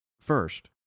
first